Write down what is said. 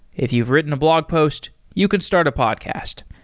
if you've written a blog post, you can start a podcast.